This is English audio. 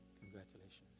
Congratulations